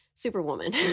Superwoman